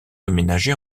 aménagés